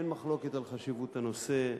אין מחלוקת על חשיבות הנושא,